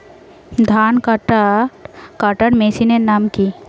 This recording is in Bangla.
ধান কাটার মেশিনের নাম কি?